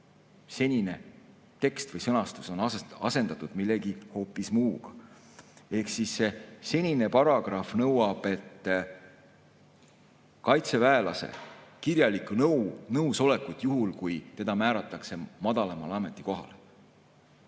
senine tekst või sõnastus on asendatud millegi hoopis muuga. Senine paragrahv nõuab kaitseväelase kirjalikku nõusolekut, juhul kui ta määratakse madalamale ametikohale.